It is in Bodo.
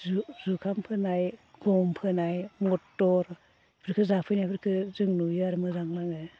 जुखाम फोनाय गम फोनाय मटर बेफोरखौ जाफैनायफोरखौ जों नुयो आरो मोजां नाङो